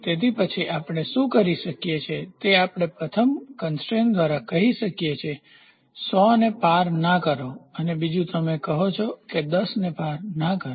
તેથી પછી આપણે શું કરીએ છીએ તે આપણે પ્રથમ કન્સ્ટ્રેઇન દ્વારા કહીએ છીએ કે 100 ને પાર ન કરો અને બીજું તમે કહો કે 10 ને પાર ન કરો